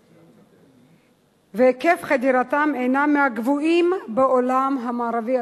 והיקף חדירתם הינם מהגבוהים בעולם המערבי,